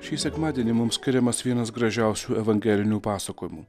šį sekmadienį mums skiriamas vienas gražiausių evangelinių pasakojimų